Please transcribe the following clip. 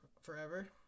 forever